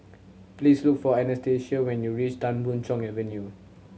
please look for Anastasia when you reach Tan Boon Chong Avenue